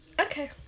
Okay